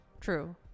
True